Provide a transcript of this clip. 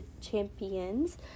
champions